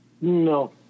No